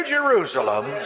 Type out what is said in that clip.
Jerusalem